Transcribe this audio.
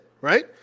right